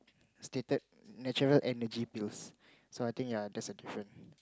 stated natural energy pills so I think yea that's a different